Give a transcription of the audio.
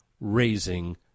raising